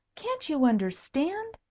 can't you understand?